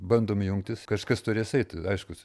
bandom jungtis kažkas turės eit aiškus